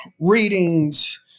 readings